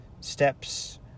Steps